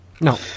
no